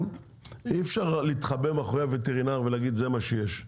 אי אפשר להתחבא מאחורי הווטרינר ולהגיד זה מה שיש,